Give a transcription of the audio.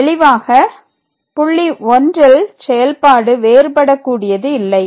தெளிவாக புள்ளி 1 ல் செயல்பாடு வேறுபடக்கூடியது இல்லை